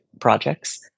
projects